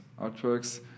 artworks